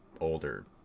older